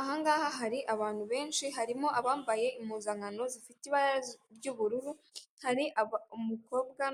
Aha ngaha hari abantu benshi, harimo abambaye impuzankano zifite ibara ry'ubururu, hari umukobwa